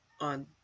on